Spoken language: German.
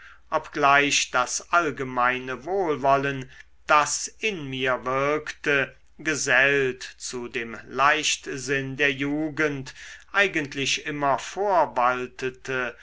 obgleich das allgemeine wohlwollen das in mir wirkte gesellt zu dem leichtsinn der jugend eigentlich immer